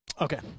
okay